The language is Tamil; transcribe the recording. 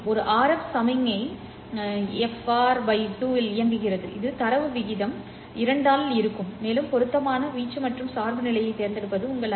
ஒரு RF சமிக்ஞை fR 2 இல் இயங்குகிறது இது தரவு வீதம் 2 ஆல் இருக்கும் மேலும் பொருத்தமான வீச்சு மற்றும் சார்பு நிலையைத் தேர்ந்தெடுப்பது உங்கள் ஐ